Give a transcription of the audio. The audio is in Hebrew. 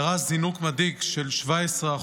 נראה זינוק מדאיג של 17%,